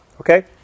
okay